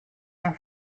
una